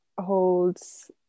holds